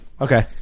Okay